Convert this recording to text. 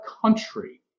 country